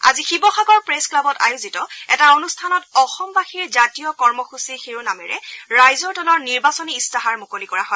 আজি শিৱসাগৰ প্ৰেছ ক্লাবত আয়োজিত এটা অনুষ্ঠানত অসমবাসীৰ জাতীয় কৰ্মসূচী শিৰোনামেৰে ৰাইজৰ দলৰ নিৰ্বাচনী ইস্তাহাৰ মুকলি কৰা হয়